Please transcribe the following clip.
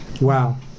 Wow